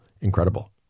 incredible